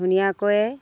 ধুনীয়াকৈয়ে